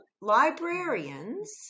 librarians